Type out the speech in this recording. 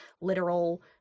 literal